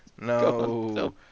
no